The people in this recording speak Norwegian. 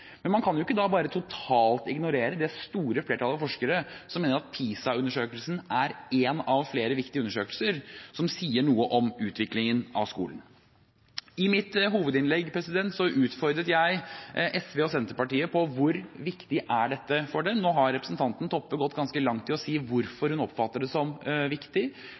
Men man kan jo ikke bare totalt ignorere det store flertallet av forskere som mener at PISA-undersøkelsen er en av flere viktige undersøkelser som sier noe om utviklingen av skolen. I mitt hovedinnlegg utfordret jeg SV og Senterpartiet på hvor viktig dette er for dem. Nå har representanten Toppe gått ganske langt i å si hvorfor hun oppfatter det som viktig.